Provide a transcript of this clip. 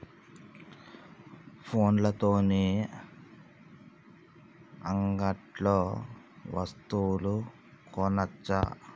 ఫోన్ల తోని అంగట్లో వస్తువులు కొనచ్చా?